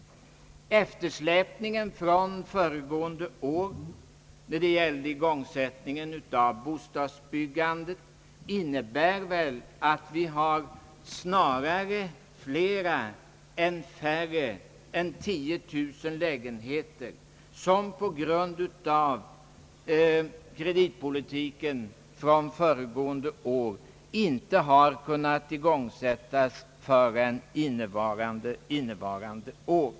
Eftersläpningen från föregående år när det gäller igångsättning av bostadsbyggandet innebär väl att vi har fler än 10 000 lägenheter, som på grund av kreditpolitiken från föregående år inte har kunnat igångsättas förrän innevarande år.